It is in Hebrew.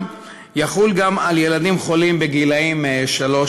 יחול גם על ילדים חולים בגיל שלוש-ארבע.